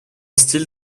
style